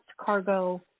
cargo